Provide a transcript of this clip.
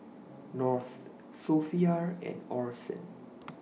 North Sophia and Orson